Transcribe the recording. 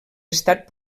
estat